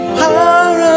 power